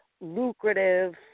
lucrative